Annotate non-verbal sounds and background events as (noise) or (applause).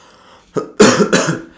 (coughs)